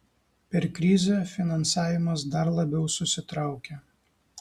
per krizę finansavimas dar labiau susitraukė